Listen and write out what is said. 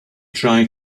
try